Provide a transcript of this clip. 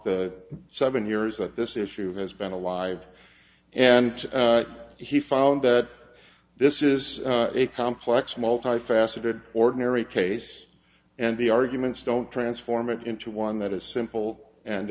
the seven years that this issue has been alive and he found that this is a complex multifaceted ordinary case and the arguments don't transform it into one that is simple and